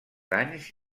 anys